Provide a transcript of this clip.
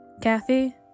Kathy